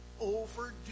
overdue